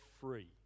free